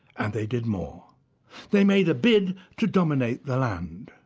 and they did more they made a bid to dominate the land.